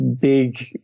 big